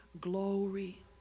Glory